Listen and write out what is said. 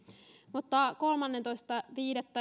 mutta päivämäärien kolmastoista viidettä